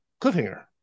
cliffhanger